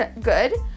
good